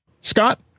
Scott